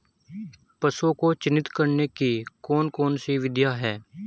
पशुओं को चिन्हित करने की कौन कौन सी विधियां हैं?